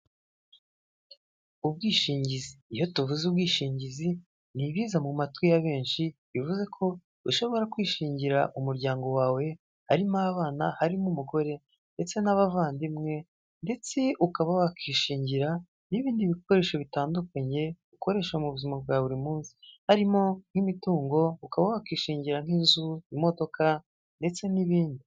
Ubwishingizi iyo tuvuze ubwishingizi nibiza mu matwi ya benshi bivuze ko ushobora kwishingira umuryango wawe harimo abana harimo umugore ndetse n'abavandimwe ndetse ukaba wakishingira n'ibindi bikoresho bitandukanye ukoresha m' ubuzima bwa buri munsi harimo nk'imitungo ukaba wakishingira nk'inzu imodoka ndetse n'ibindi.